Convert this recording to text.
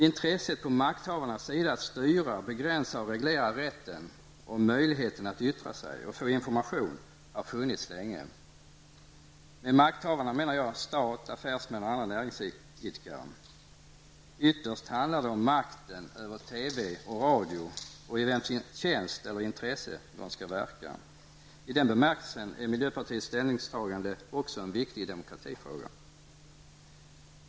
Intresset på makthavarnas sida att styra, begränsa och reglera rätten och möjligheten att yttra sig och få information har funnits länge. Med makthavare menar jag stat, affärsmän och andra näringsidkare. Ytterst handlar det om makten över TV och radio och i vems tjänst eller intresse de skall verka. I den bemärkelsen är miljöpartiets ställningstagande också en viktig demokratifråga.